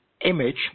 image